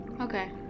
Okay